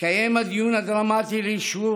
התקיים הדיון הדרמטי לאישור